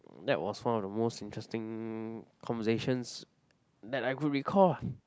that was one of the most interesting conversations that I could recall